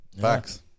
Facts